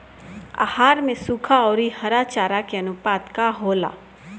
आहार में सुखा औरी हरा चारा के आनुपात का होला?